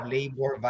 Labor